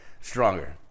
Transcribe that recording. stronger